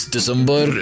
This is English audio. December